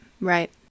right